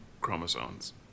chromosomes